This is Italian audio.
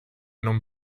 non